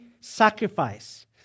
sacrifice